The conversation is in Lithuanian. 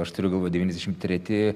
aš turiu galvoj devyniasdešim treti